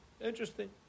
Interesting